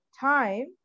time